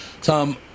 Tom